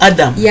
Adam